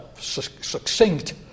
succinct